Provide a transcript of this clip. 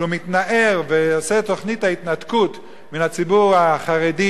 שהוא מתנער ועושה את תוכנית ההתנתקות מן הציבור החרדי